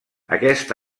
aquest